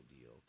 deal